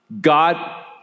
God